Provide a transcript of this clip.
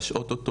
להשעות אותו.